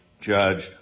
judged